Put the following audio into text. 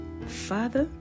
Father